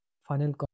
final